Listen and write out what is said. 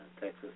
Texas